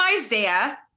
Isaiah